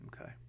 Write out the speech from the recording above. Okay